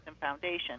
foundation